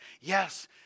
yes